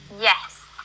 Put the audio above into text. yes